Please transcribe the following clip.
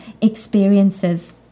experiences